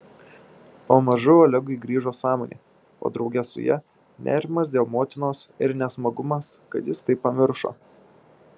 pamažu olegui grįžo sąmonė o drauge su ja nerimas dėl motinos ir nesmagumas kad jis tai pamiršo